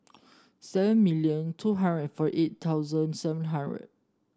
seven million two hundred forty eight thousand seven hundred